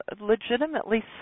legitimately